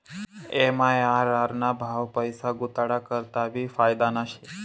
MIRR ना भाव पैसा गुताडा करता भी फायदाना शे